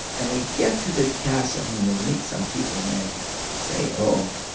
and we get to this castle and we meet some people and they say oh,